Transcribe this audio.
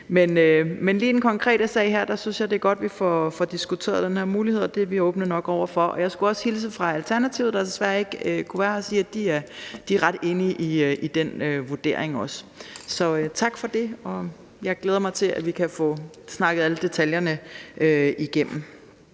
Men i den konkrete sag synes jeg, det er godt, at vi får diskuteret den her mulighed. Det er vi åbne for. Jeg skulle også hilse fra Alternativet, der desværre ikke kunne være her, og sige, at de er ret enige i den vurdering. Tak for ordet, og jeg glæder mig til, at vi kan få snakket alle detaljerne igennem.